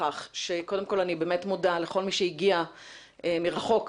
אני רוצה להודות לכל מי שהגיע לכאן מרחוק